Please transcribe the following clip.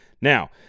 Now